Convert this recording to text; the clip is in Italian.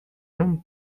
non